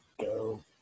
go